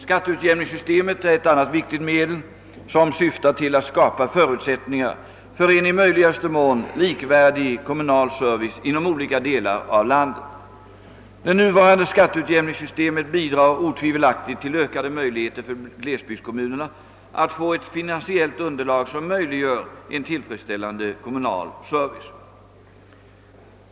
Skatteutjämningssystemet är ett annat viktigt medel som syftar till att skapa förutsättningar för en i möjligaste mån likvärdig kommunal service inom olika delar av landet. Det nuvarande skatteutjämningssystemet bidrar otvivelaktigt till ökade möjligheter för glesbygdskommunerna att få ett finansiellt underlag som möjliggör en tillfredsställande kommunal service.